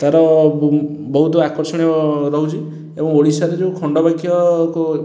ତା'ର ବହୁତ ଆକର୍ଷଣୀୟ ରହୁଛି ଏବଂ ଓଡ଼ିଶାରେ ଯେଉଁ ଖଣ୍ଡବାକ୍ୟକୁ